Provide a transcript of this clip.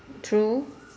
true